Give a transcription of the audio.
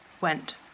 went